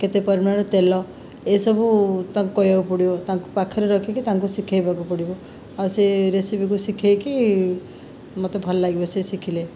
କେତେ ପରିମାଣରେ ତେଲ ଏସବୁ ତାଙ୍କୁ କହିବାକୁ ପଡ଼ିବ ତାଙ୍କୁ ପାଖରେ ରଖିକି ତାଙ୍କୁ ଶିଖାଇବାକୁ ପଡ଼ିବ ଆଉ ସେ ରେସିପିକୁ ଶିଖାଇକି ମୋତେ ଭଲଲାଗିବ ସେ ଶିଖିଲେ